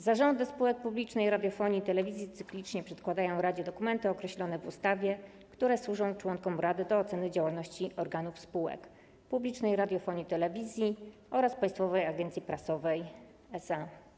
Zarządy spółek publicznej radiofonii i telewizji cyklicznie przedkładają radzie dokumenty określone w ustawie, które służą członkom rady do oceny działalności organów spółek publicznej radiofonii i telewizji oraz Państwowej Agencji Prasowej SA.